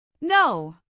No